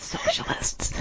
Socialists